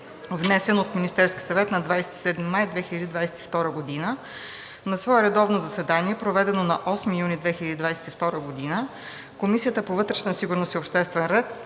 внесен от Министерския съвет на 27 май 2022 г. На свое редовно заседание, проведено на 8 юни 2022 г., Комисията по вътрешна сигурност и обществен ред